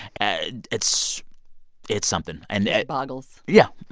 and it's it's something. and it. it boggles yeah.